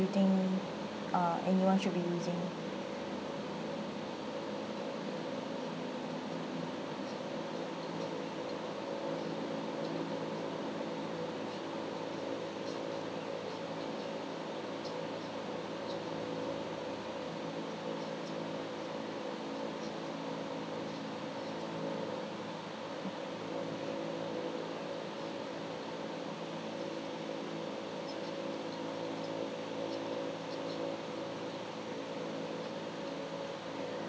think uh anyone should be using